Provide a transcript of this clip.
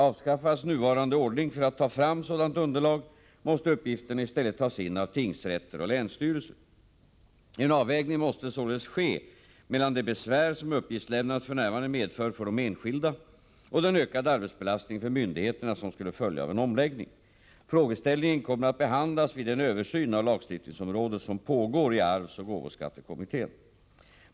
Avskaffas nuvarande ordning för att ta fram sådant underlag måste uppgifterna i stället tas in av tingsrätter och länsstyrelser. En avvägning måste således ske mellan det besvär som uppgiftslämnandet f.n. medför för de enskilda och den ökade arbetsbelastning för myndigheterna som skulle följa av en omläggning. Frågeställningen kommer att behandlas vid den översyn av lagstiftningsområdet som pågår i arvsoch gåvoskattekommittén .